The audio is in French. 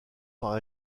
par